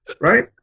right